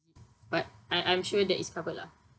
but I I'm sure that is covered lah